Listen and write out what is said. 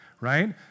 right